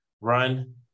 Run